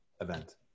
event